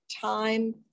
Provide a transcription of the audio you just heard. time